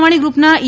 સવાણી ગ્રુપના ઈ